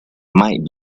might